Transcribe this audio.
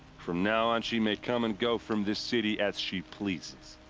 from now on she may come and go from this city as she pleases.